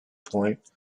point